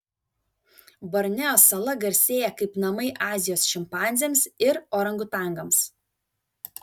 borneo sala garsėja kaip namai azijos šimpanzėms ir orangutangams